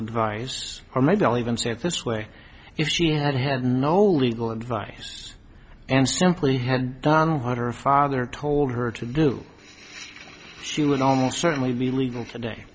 advice or maybe i'll even say it this way if she had had no legal advice and simply had done what her father told her to do she would almost certainly be legal today